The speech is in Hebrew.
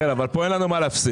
אבל כאן אין לנו מה להפסיד.